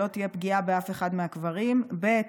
שלא תהיה פגיעה באף אחד מהקברים, ב.